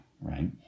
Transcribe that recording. right